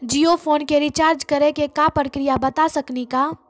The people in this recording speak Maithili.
जियो फोन के रिचार्ज करे के का प्रक्रिया बता साकिनी का?